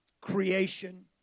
creation